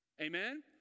Amen